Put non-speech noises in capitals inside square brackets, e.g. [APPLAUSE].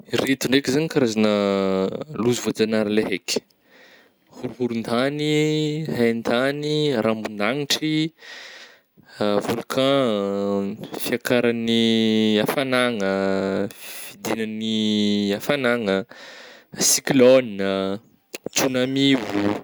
Reto ndraiky zany karazagna [HESITATION] loza vôjagnahary le haiky horohorotagny, haintagny, rambondagnitry, [HESITATION] volcan, [HESITATION] fiakaragny hafanagna, fidignany hafanagna, cyclone, tsunamio. [NOISE]